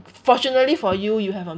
fortunately for you you have a